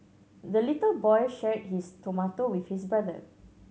the little boy shared his tomato with his brother